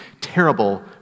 terrible